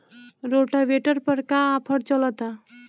Rotavator पर का offer चलता?